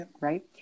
right